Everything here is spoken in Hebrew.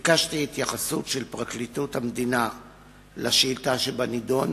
ביקשתי התייחסות של פרקליטות המדינה לשאילתא שבנדון,